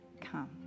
Come